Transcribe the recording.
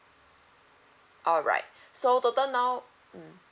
alright so total now mm